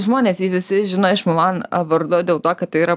žmonės jie visi žino iš mulan vardo dėl to kad tai yra